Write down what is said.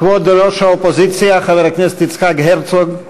כבוד ראש האופוזיציה חבר הכנסת יצחק הרצוג,